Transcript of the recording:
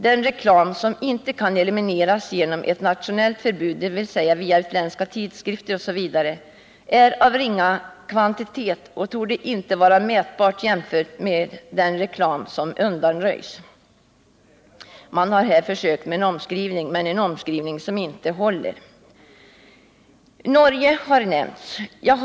Den reklam som inte kan elimineras genom ett nationellt förbud, dvs. via utländska tidskrifter osv., är av ringa kvantitet och torde inte vara jämförbar med den reklam som undanröjs. Man har på denna punkt försökt göra en omskrivning, som dock inte är hållbar. Förhållandena i Norge har nämnts i detta sammanhang.